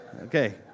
Okay